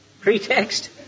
Pretext